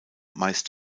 meist